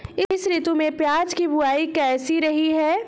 इस ऋतु में प्याज की बुआई कैसी रही है?